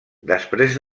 després